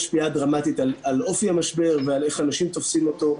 משפיע דרמטית על אופי המשבר ועל איך שאנשים תופסים אותו,